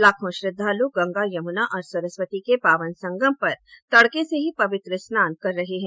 लाखों श्रद्वाल् गंगा यमुना और सरस्वती के पावन संगम पर तड़के से ही पवित्र स्नान कर रहे है